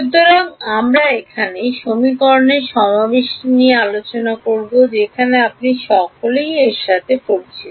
সুতরাং আমরা এখানে সমীকরণের সমাবেশটি নিয়ে আলোচনা করব যেখানে আপনি সকলেই এর সাথে পরিচিত